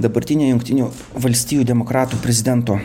dabartinė jungtinių valstijų demokratų prezidento